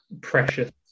precious